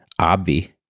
obvi